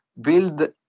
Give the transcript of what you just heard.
build